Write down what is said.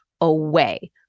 away